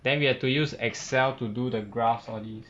then we have to use excel to do the graphs all these